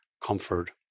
comfort